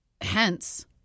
hence